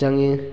ꯆꯪꯏ